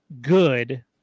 good